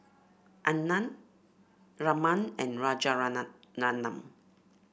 Anand Raman and